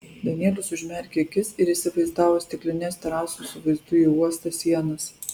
danielius užmerkė akis ir įsivaizdavo stiklines terasų su vaizdu į uostą sienas